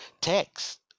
Text